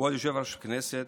כבוד יושב-ראש הכנסת,